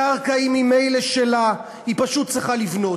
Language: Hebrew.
הקרקע היא ממילא שלה, היא פשוט צריכה לבנות.